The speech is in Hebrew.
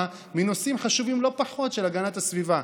מנושאים חשובים לא פחות של הגנת הסביבה.